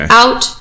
out